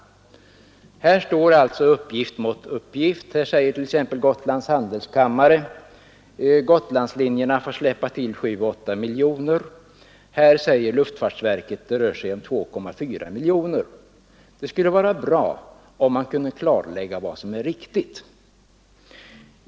Här står uppgift mot uppgift. Gotlands handelskammare säger att Gotlandslinjerna får släppa till 7—8 miljoner kronor. Luftfartsverket talar om 2,4 miljoner kronor. Det vore bra om man kunde klarlägga vad som är riktigt.